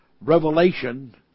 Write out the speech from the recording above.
revelation